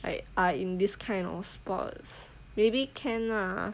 like are in this kind of sports maybe can lah